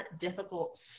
difficult